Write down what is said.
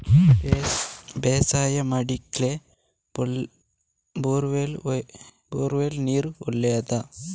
ಬೇಸಾಯ ಮಾಡ್ಲಿಕ್ಕೆ bore well ನೀರು ಒಳ್ಳೆಯದಾ?